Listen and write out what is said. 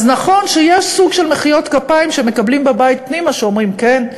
אז נכון שיש סוג של מחיאות כפיים שמקבלים בבית פנימה כשאומרים: כן,